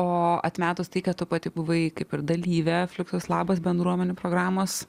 o atmetus tai kad tu pati buvai kaip ir dalyvė fluxus labas bendruomenių programos